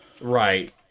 Right